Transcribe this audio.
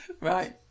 Right